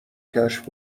کشف